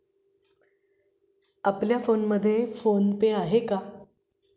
आपल्या फोनमध्ये PhonePe आहे का?